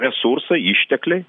resursai ištekliai